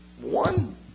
one